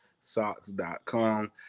socks.com